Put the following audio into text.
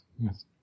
yes